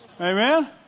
Amen